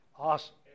Awesome